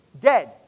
dead